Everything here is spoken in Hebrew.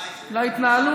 מה זה התאמות